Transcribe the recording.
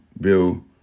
bill